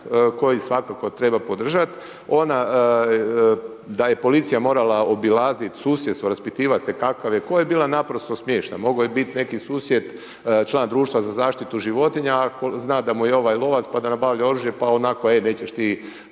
koji svakako treba podržati, da je policija morala obilaziti susjedstvo, raspitivati se kakav je koji je bila naprosto smiješna. Mogao je biti neki susjed član društva za zaštitu životinja a ako zna da mu je ovaj lovac pa da nabavlja oružje, pa onako e nećeš ti